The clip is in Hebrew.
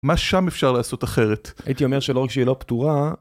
מה שם אפשר לעשות אחרת? הייתי אומר שלא רק שהיא לא פתורה...